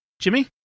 Jimmy